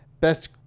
best